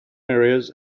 areas